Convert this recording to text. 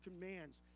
commands